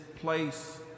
place